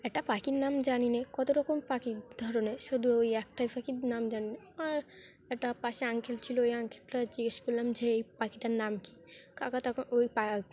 একটা পাখির নাম জানি না কত রকম পাখি ধরনের শুধু ওই একটাই পাখির নাম জানি আর একটা পাশে আঙ্কেল ছিল ওই আঙ্কেলটার জিজ্ঞেস করলাম যে এই পাখিটার নাম কী কাকা তখন ওই পা